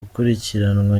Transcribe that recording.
gukurikiranwa